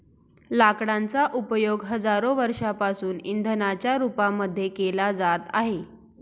लाकडांचा उपयोग हजारो वर्षांपासून इंधनाच्या रूपामध्ये केला जात आहे